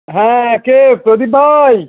হ্যাঁ কে প্রদীপ ভাই